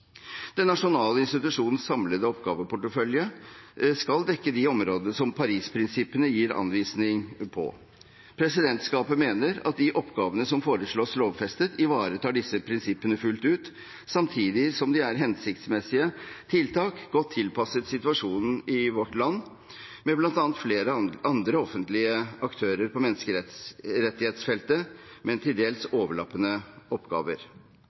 Den nasjonale institusjonens samlede oppgaveportefølje skal dekke de områdene som Paris-prinsippene gir anvisning på. Presidentskapet mener at de oppgavene som foreslås lovfestet, ivaretar disse prinsippene fullt ut, samtidig som de er hensiktsmessige tiltak, godt tilpasset situasjonen i vårt land, med bl.a. flere andre offentlige aktører på menneskerettighetsfeltet med til dels overlappende oppgaver.